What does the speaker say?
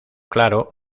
claro